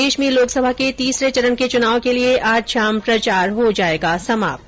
देश में लोकसभा के तीसरे चरण के चुनाव के लिए आज शाम प्रचार हो जाएगा समाप्त